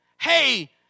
hey